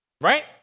right